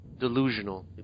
Delusional